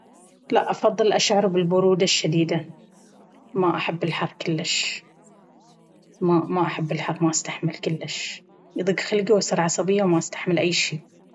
لا أفضل أشعر بالبرودة الشديدة ما أحب الحر كلش، ما أحب الحر ما أستحمل كلش يضيق خلقي وأصير عصبية وما أستحمل أي شي.